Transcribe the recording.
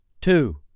Two